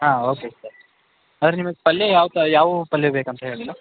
ಹಾಂ okay sir ಅರ್ ನಿಮ್ಗೆ ಪಲ್ಯ ಯಾವ್ಪ ಯಾವು ಪಲ್ಯ ಬೇಕಂತ ಹೇಳಲಿಲ್ಲ